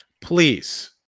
Please